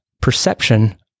perception